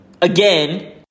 again